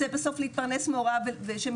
רוצה בסוף להתפרנס מהוראה.